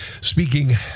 speaking